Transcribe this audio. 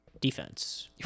Defense